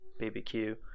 BBQ